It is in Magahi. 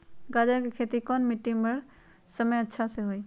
गाजर के खेती कौन मिट्टी पर समय अच्छा से होई?